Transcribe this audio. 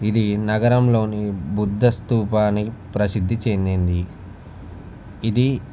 ఇది నగరంలో బుద్ధ స్థూపానికి ప్రసిద్ధి చెందింది ఇది